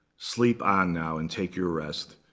sleep on now, and take your rest.